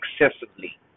excessively